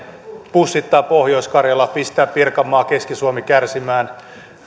pussittaa pohjois karjala pistää pirkanmaa keski suomi